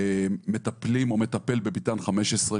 מטפלים או מטפל בביתן 15,